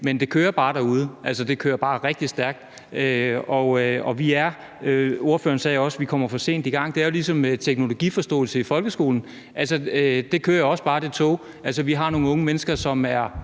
men det kører bare derude. Altså, det kører bare rigtig stærkt, og ordføreren sagde også, at vi kommer for sent i gang. Det er jo ligesom med teknologiforståelse i folkeskolen, altså, det tog kører også bare. Vi har nogle unge mennesker, som er